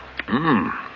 Mmm